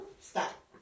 Stop